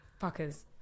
fuckers